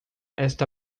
esta